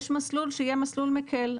יש מסלול שיהיה מסלול מקל.